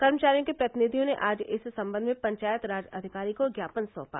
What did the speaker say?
कर्मचारियों के प्रतिनिधियों ने आज इस संबंध में पंचायत राज अधिकारी को ज्ञापन सौंपा